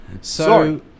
Sorry